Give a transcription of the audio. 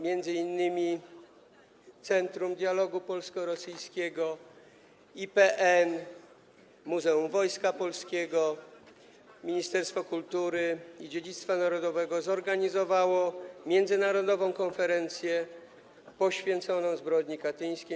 m.in. centrum dialogu polsko-rosyjskiego, IPN, Muzeum Wojska Polskiego, Ministerstwo Kultury i Dziedzictwa Narodowego, zorganizowały międzynarodową konferencję poświęconą zbrodni katyńskiej.